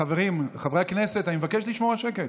חברים, חברי הכנסת, אני מבקש לשמור על שקט.